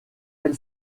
elle